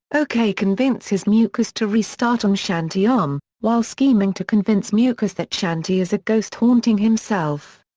o k. convinces mukesh to restart om shanti om, while scheming to convince mukesh that shanti is a ghost haunting himself.